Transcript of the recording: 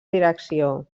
direcció